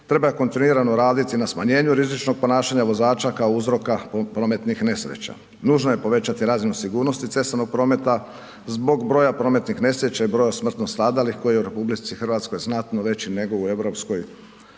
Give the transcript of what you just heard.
treba kontinuirano raditi na smanjenju rizičnog ponašanja vozača kao uzroka prometnih nesreća. Nužno je povećati razinu sigurnosti cestovnog prometa zbog broja prometnih nesreća i broja smrtno stradalih koji je u RH znatno veći nego u EU.